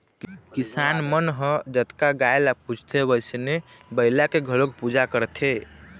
किसान मन ह जतका गाय ल पूजथे वइसने बइला के घलोक पूजा करथे